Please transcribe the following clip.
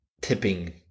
tipping